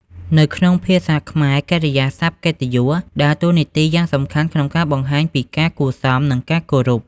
នៅក្នុងភាសាខ្មែរ កិរិយាសព្ទកិត្តិយស ដើរតួនាទីយ៉ាងសំខាន់ក្នុងការបង្ហាញពីការគួរសម និងការគោរព។